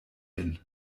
hin